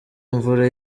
imvura